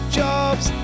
jobs